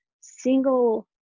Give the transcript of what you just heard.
single